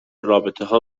رابطهها